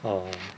orh